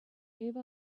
gave